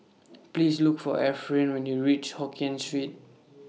Please Look For Efren when YOU REACH Hokien Street